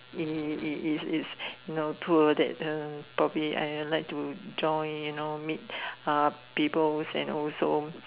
it it it's it's you know tour that uh probably I like to join you know meet uh peoples and also